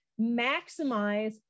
maximize